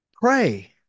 pray